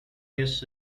jest